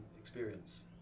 experience